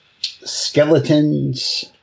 Skeletons